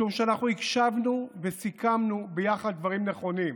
משום שאנחנו הקשבנו וסיכמנו ביחד דברים נכונים.